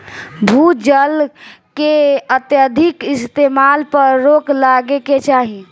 भू जल के अत्यधिक इस्तेमाल पर रोक लागे के चाही